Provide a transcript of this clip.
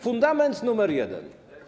Fundament numer jeden.